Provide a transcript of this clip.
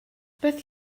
beth